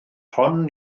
hon